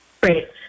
Great